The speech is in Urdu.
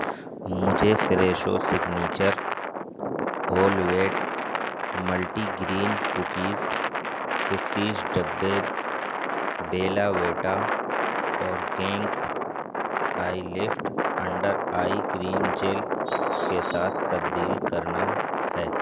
مجھے Fresho signature whole wheat multi grain cookies کو تیس ڈبے Bella Vita organic eye lift under eye cream gel کے ساتھ تبدیل کرنا ہے